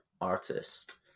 artist